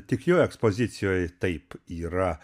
tik jo ekspozicijoj taip yra